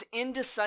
indecisive